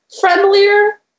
friendlier